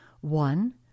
One